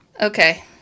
Okay